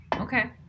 Okay